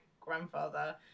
grandfather